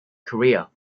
career